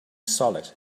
solid